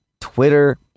Twitter